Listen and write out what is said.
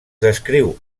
descriu